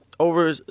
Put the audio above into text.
over